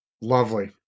Lovely